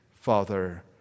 Father